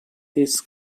this